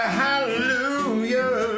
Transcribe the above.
hallelujah